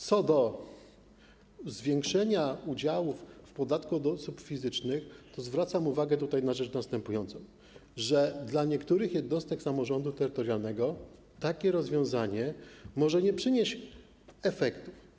Co do zwiększenia udziałów w podatku od osób fizycznych, to zwracam uwagę tutaj na rzecz następującą, że dla niektórych jednostek samorządu terytorialnego takie rozwiązanie może nie przynieść efektów.